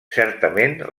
certament